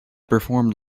performed